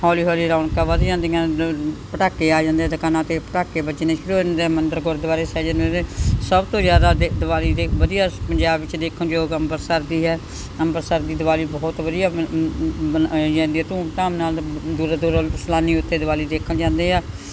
ਹੌਲੀ ਹੌਲੀ ਰੌਣਕਾਂ ਵੱਧ ਜਾਂਦੀਆਂ ਪਟਾਕੇ ਆ ਜਾਂਦੇ ਦੁਕਾਨਾਂ 'ਤੇ ਪਟਾਕੇ ਵੱਜਣੇ ਸ਼ੁਰੂ ਹੋ ਜਾਂਦੇ ਮੰਦਿਰ ਗੁਰਦੁਆਰੇ ਸੱਜ ਜਾਂਦੇ ਸਭ ਤੋਂ ਜ਼ਿਆਦਾ ਤਾਂ ਦੀਵਾਲੀ ਦੇ ਵਧੀਆ ਪੰਜਾਬ ਵਿੱਚ ਦੇਖਣਯੋਗ ਅੰਬਰਸਰ ਦੀ ਹੈ ਅੰਬਰਸਰ ਦੀ ਦੀਵਾਲੀ ਬਹੁਤ ਵਧੀਆ ਮਨਾਈ ਜਾਂਦੀ ਹੈ ਧੂਮ ਧਾਮ ਨਾਲ ਦੂਰੋਂ ਦੂਰੋਂ ਸੈਲਾਨੀ ਉੱਥੇ ਦੀਵਾਲੀ ਦੇਖਣ ਜਾਂਦੇ ਆ